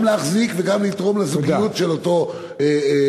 גם להחזיק וגם לתרום לזוגיות של אותו זוג,